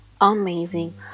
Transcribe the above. Amazing